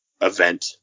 event